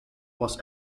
was